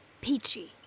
Peachy